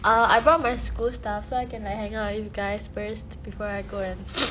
err I found my school stuff so I can like hang out with you guys first before I go and